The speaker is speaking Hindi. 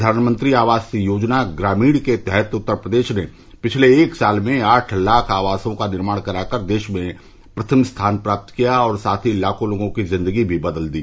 प्रधानमंत्री आवास योजना ग्रामीण के तहत उत्तर प्रदेश ने पिछले एक साल में आठ लाख आवासों का निर्माण कराकर देश में प्रथम स्थान प्राप्त किया और साथ ही लाखों लोगों की जिन्दगी भी बदल दी